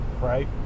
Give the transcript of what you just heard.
right